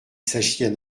s’agit